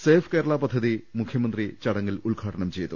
safe Kerala പദ്ധതി മുഖ്യമന്ത്രി ചടങ്ങിൽ ഉദ്ഘാടനം ചെയ്തു